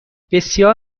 بسیار